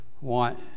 want